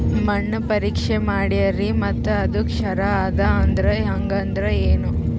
ಮಣ್ಣ ಪರೀಕ್ಷಾ ಮಾಡ್ಯಾರ್ರಿ ಮತ್ತ ಅದು ಕ್ಷಾರ ಅದ ಅಂದ್ರು, ಹಂಗದ್ರ ಏನು?